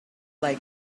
like